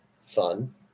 fun